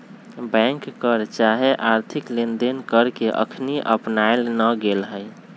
bank कर चाहे आर्थिक लेनदेन कर के अखनी अपनायल न गेल हइ